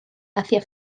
hacia